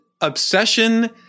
obsession